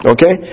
Okay